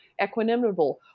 equanimable